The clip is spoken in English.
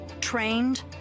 trained